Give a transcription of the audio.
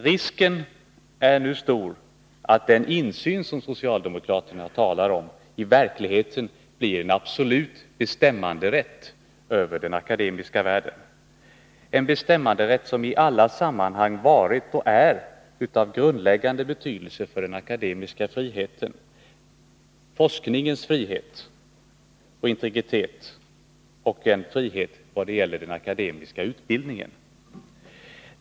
Risken är stor att den insyn som socialdemokraterna talar om, i verkligheten kommer att innebära en absolut bestämmanderätt över den akademiska världen — en bestämmanderätt som i alla sammanhang varit, och är, av grundläggande betydelse för den akademiska friheten, för forskningens frihet och integritet samt för en frihet vad gäller den akademiska utbildningen.